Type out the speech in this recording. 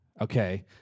okay